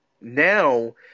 Now